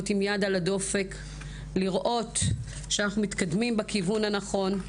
עם היד על הדופק לראות שאנחנו מתקדמים בכיוון הנכון,